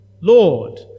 Lord